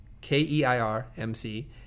K-E-I-R-M-C